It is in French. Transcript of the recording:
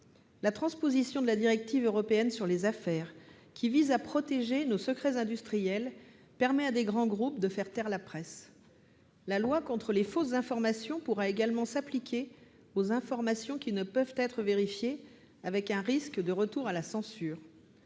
la transposition de la directive européenne sur les affaires, qui vise à protéger nos secrets industriels, permet à des grands groupes de faire taire la presse ; la loi contre les fausses informations pourra également s'appliquer aux informations qui ne peuvent être vérifiées, avec un risque de retour à la censure